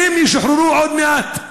והם ישוחררו עוד מעט.